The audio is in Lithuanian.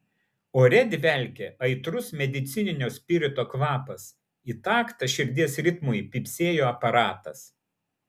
ore dvelkė aitrus medicininio spirito kvapas į taktą širdies ritmui pypsėjo aparatas